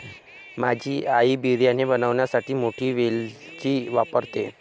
माझी आई बिर्याणी बनवण्यासाठी मोठी वेलची वापरते